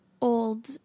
old